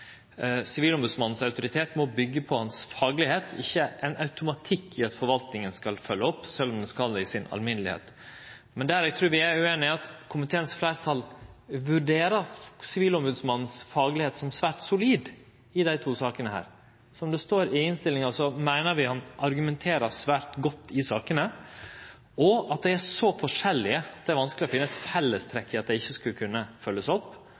Sivilombodsmannens autoritet må byggje på faglegheita hans, ikkje at det er ein automatikk i at forvaltinga skal følgje opp, sjølv om ho i det store og heile skal det. Men der eg trur vi er ueinige, er at fleirtalet i komiteen vurderer Sivilombodsmannens faglegheit som svært solid i desse to sakene. Som det står i innstillinga, meiner vi han argumenterer svært godt i sakene, og at dei er så forskjellige at det er vanskeleg å finne eit fellestrekk for at dei ikkje skulle